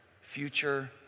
future